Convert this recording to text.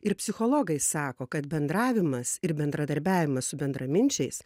ir psichologai sako kad bendravimas ir bendradarbiavimas su bendraminčiais